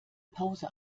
pause